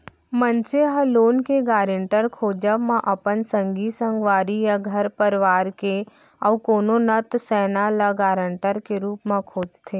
मनसे ह लोन के गारेंटर खोजब म अपन संगी संगवारी या घर परवार के अउ कोनो नत सैना ल गारंटर के रुप म खोजथे